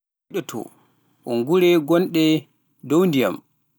Un gure gonɗe dow ndiyam.